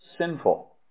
sinful